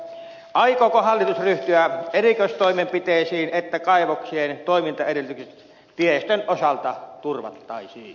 aikooko hallitus ryhtyä erikoistoimenpiteisiin jotta kaivoksien toimintaedellytykset tiestön osalta turvattaisiin